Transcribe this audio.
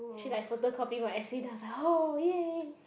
actually like photocopy my essay does that oh ya ya